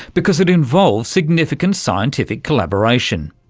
because it involves significant scientific collaboration.